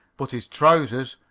but his trousers,